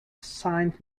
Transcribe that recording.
saint